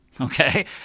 Okay